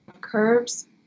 curves